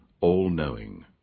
all-knowing